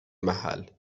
محل